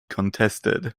contested